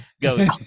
goes